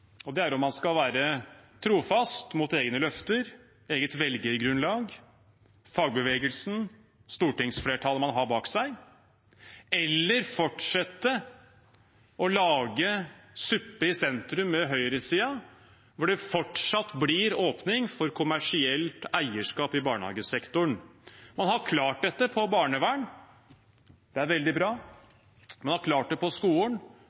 Det er om man skal være trofast mot egne løfter, eget velgergrunnlag, fagbevegelsen og stortingsflertallet man har bak seg, eller om man skal fortsette å lage suppe i sentrum med høyresiden, hvor det fortsatt blir åpning for kommersielt eierskap i barnehagesektoren. Man har klart dette når det gjelder barnevern – det er veldig bra. Man har til dels klart det